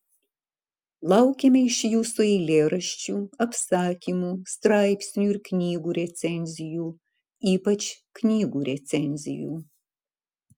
laukiame iš jūsų eilėraščių apsakymų straipsnių ir knygų recenzijų ypač knygų recenzijų